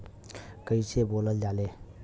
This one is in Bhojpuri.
कईसे बोवल जाले?